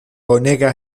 bonega